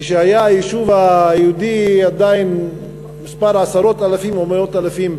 כשהיישוב היהודי היה עדיין כמה עשרות אלפים או מאות אלפים,